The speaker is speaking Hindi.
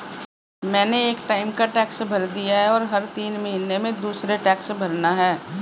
मैंने एक टाइम का टैक्स भर दिया है, और हर तीन महीने में दूसरे टैक्स भरना है